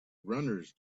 runners